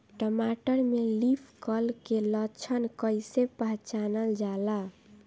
टमाटर में leaf curl के लक्षण कइसे पहचानल जाला?